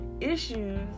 issues